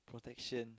protection